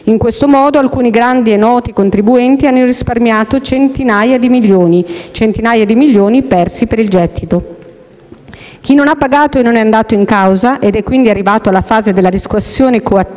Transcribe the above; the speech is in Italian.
In questo modo, alcuni grandi e noti contribuenti hanno risparmiato centinaia di milioni; centinaia di milioni persi per il gettito. Chi non ha pagato e non è andato in causa, ed è quindi arrivato alla fase della riscossione coattiva,